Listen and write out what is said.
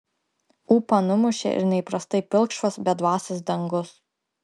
ūpą numušė ir neįprastai pilkšvas bedvasis dangus